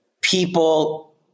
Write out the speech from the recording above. people